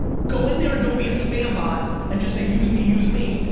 go in there and don't be a spam-bot, and just say use me, use me,